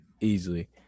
easily